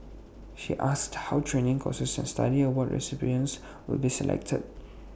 he asked how training courses study award recipients will be selected